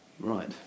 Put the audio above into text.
Right